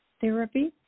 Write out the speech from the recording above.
therapy